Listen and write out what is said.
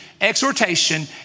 exhortation